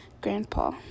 grandpa